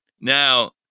Now